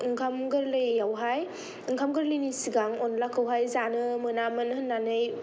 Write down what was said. ओंखाम गोरलै आवहाय ओंखाम गोरलैनि सिगां अनला खौहाय जानो मोना मोन होननानै